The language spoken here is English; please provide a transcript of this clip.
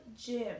gym